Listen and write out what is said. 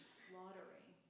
slaughtering